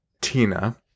tina